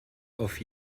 auf